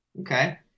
Okay